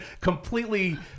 completely